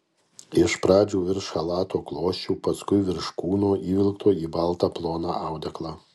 iš pradžių virš chalato klosčių paskui virš kūno įvilkto į baltą ploną audeklą